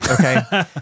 Okay